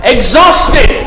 Exhausted